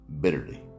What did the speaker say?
bitterly